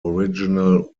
original